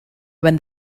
when